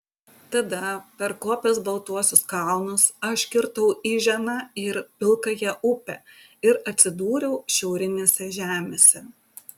tada perkopęs baltuosius kalnus aš kirtau iženą ir pilkąją upę ir atsidūriau šiaurinėse žemėse